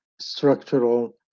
structural